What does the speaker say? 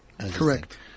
Correct